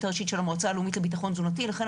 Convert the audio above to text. הראשית של המעוצה הלאומית לביטחון תזונתי ולכן,